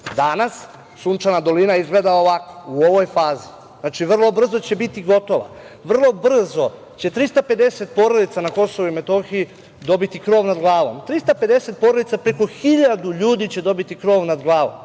Sunčana dolina izgleda ovako, u ovoj fazi. Znači, vrlo brzo će biti gotova. Vrlo brzo će 350 porodica na KiM dobiti krov nad glavom, 350 porodica, preko hiljadu ljudi će dobiti krov nad glavom.